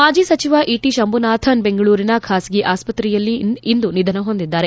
ಮಾಜಿ ಸಚಿವ ಈಟಿ ಶಂಭುನಾಥ್ ಬೆಂಗಳೂರಿನ ಖಾಸಗಿ ಆಸ್ಪತ್ರೆಯಲ್ಲಿಂದು ನಿಧನ ಹೊಂದಿದ್ದಾರೆ